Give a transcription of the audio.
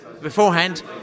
beforehand